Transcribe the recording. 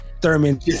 Thurman